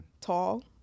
tall